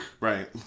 Right